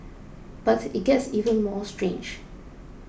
but it gets even more strange